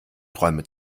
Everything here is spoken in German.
träume